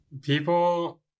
people